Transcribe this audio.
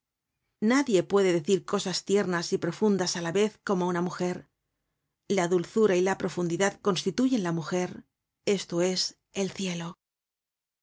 nadie puede decir cosas tiernas y profundas á la vez como una mujer la dulzura y la profundidad constituyen la mujer esto es el cielo